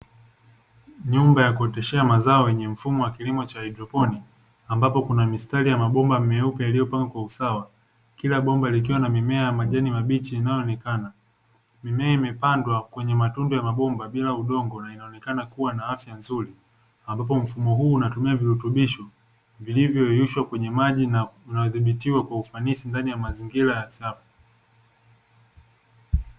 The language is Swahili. Nyumba ya kuoteshea mazao yenye mfumo wa kilimo cha haidroponi ambapo kuna mistari ya mabomba meupe yaliyopangwa kwa usawa kila bomba likiwa na mimea ya majani mabichi inayoonekana. Mimea imepandwa kwenye matundu ya mabomba bila udongo na inaonekana kuwa na afya nzuri ambapo mfumo huu unatumia virutubisho vilivyoyeyushwa kwenye maji na unaodhibitiwa kwa ufanisi ndani ya mazingira ya safu.